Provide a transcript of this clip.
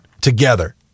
Together